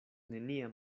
nenia